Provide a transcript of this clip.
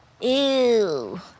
Ew